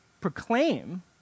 proclaim